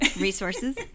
resources